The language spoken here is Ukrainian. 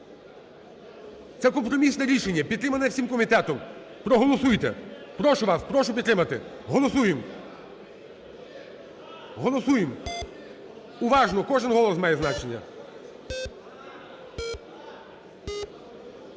Це компромісне рішення, підтримане всім комітетом. Проголосуйте. Прошу вас, прошу підтримати. Голосуємо. Голосуємо. Уважно, кожен голос має значення.